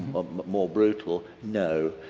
more brutal no.